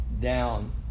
down